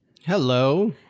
hello